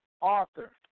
author